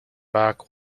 back